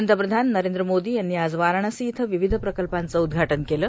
पंतप्रधान नरेंद्र मोदी यांनी आज वाराणसी इथं विविध प्रकल्पांचं उद्घाटन केलं